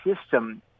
system